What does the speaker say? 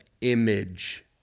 image